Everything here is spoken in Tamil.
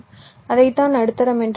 அதைத்தான் நடுத்தரம் என்று அழைக்கிறோம்